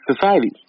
society